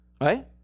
right